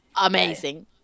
Amazing